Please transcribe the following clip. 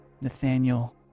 Nathaniel